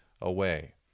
away